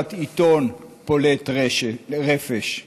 קצת עיתון פולט רפש.